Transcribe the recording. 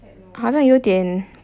好像有点